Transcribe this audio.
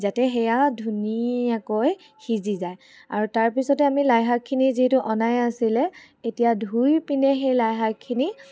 যাতে সেয়া ধুনীয়াকৈ সিজি যায় আৰু তাৰপিছতে আমি লাইশাকখিনি যিহেতু অনাই আছিলে এতিয়া ধুই পিনে সেই লাইশাকখিনি